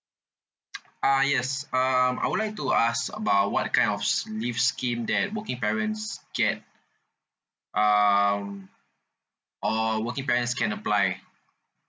ah yes um I would like to ask about what kind of s~ leave scheme that working parents get um or working parents can apply